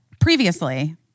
previously